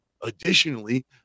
Additionally